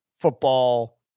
football